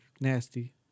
Nasty